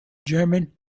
german